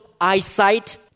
eyesight